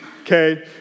Okay